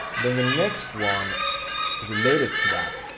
then the next one related to that,